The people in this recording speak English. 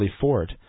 Fort